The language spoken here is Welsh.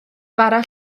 fara